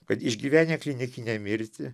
kad išgyvenę klinikinę mirtį